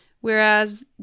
Whereas